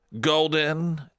Golden